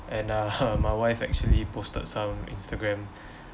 and uh my wife actually posted some instagram